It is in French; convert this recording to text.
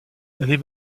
les